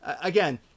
Again